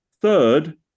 Third